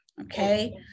Okay